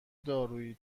دارویی